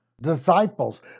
Disciples